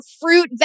fruit